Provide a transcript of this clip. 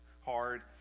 hard